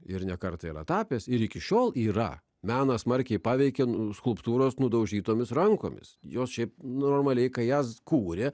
ir ne kartą yra tapęs ir iki šiol yra menas smarkiai paveikė skulptūros nudaužytomis rankomis jos šiaip normaliai kai jas kūrė